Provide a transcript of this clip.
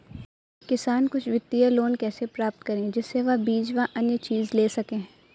किसान कुछ वित्तीय लोन कैसे प्राप्त करें जिससे वह बीज व अन्य चीज ले सके?